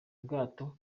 ubwato